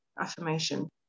affirmation